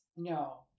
No